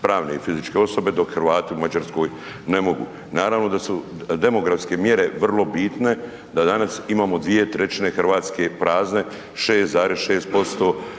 pravne i fizičke osobe dok Hrvati u Mađarskoj ne mogu. Naravno da su demografske mjere vrlo bitne da danas imamo dvije trećine Hrvatske prazne 6,6%